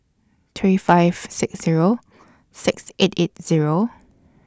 three five six Zero six eight eight Zero